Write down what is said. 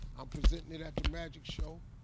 i'm presenting it at the magic show.